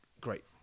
great